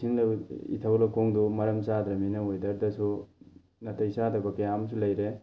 ꯏꯁꯤꯡ ꯏꯊꯩ ꯂꯧꯈꯣꯡꯗꯣ ꯃꯔꯝ ꯆꯥꯗ꯭ꯔꯕꯅꯤꯅ ꯋꯦꯗꯔꯗꯁꯨ ꯅꯥꯇꯩ ꯆꯥꯗꯕ ꯀꯌꯥ ꯑꯃꯁꯨ ꯂꯩꯔꯦ